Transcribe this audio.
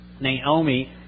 Naomi